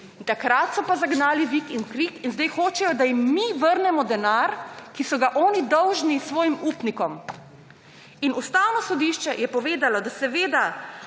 Takrat so pa zagnali vik in krik in zdaj hočejo, da jim mi vrnemo denar, ki so ga oni dolžni svojim upnikom. Ustavno sodišče je povedalo, da tisti,